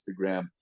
Instagram